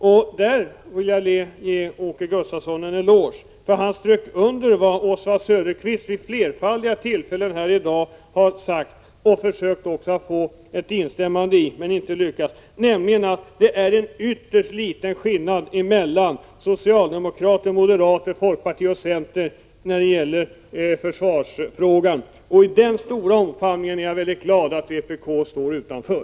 Jag vill ge Åke Gustavsson en eloge för att han strök under vad Oswald Söderqvist vid flerfaldiga tillfällen här i dag har sagt och, utan framgång, försökt få ett instämmande i, nämligen att det är ytterst liten skillnad mellan socialdemokrater, moderater, folkpartister och centerpartister när det gäller försvarsfrågan. Den stora omfamningen är jag mycket glad att vpk står utanför.